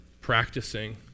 practicing